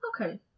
Okay